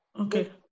Okay